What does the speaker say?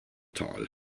tal